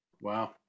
Wow